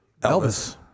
Elvis